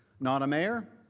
not a mayor,